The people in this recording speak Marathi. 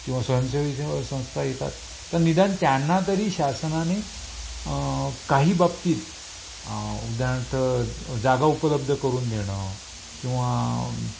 किंवा स्वयंसेवी सेवा संस्था येतात तर निदान त्यांना तरी शासनाने काही बाबतीत उदाहरणार्थ जागा उपलब्ध करून देणं किंवा